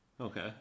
okay